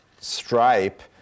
Stripe